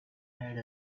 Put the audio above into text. had